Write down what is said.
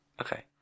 Okay